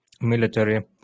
military